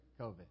COVID